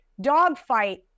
dogfight